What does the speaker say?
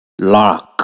Lark